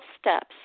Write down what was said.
steps